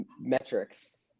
metrics